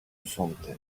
something